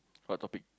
what topic